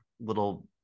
little